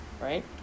right